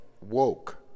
woke